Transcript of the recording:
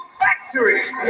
factories